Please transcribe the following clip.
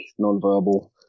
nonverbal